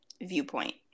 viewpoint